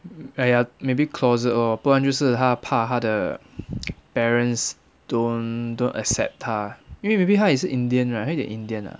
!aiya! maybe closet lor 不然就是他怕他的 parents don't don't accept 他因为 maybe 他也是 indian right 他有一点 indian ah